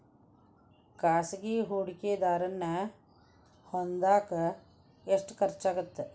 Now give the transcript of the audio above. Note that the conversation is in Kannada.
ಖಾಸಗಿ ಹೂಡಕೆದಾರನ್ನ ಹೊಂದಾಕ ಎಷ್ಟ ಖರ್ಚಾಗತ್ತ